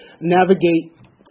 navigate